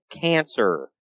cancer